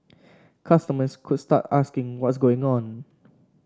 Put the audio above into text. customers could start asking what's going on